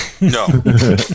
No